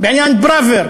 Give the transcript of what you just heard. בעניין פראוור,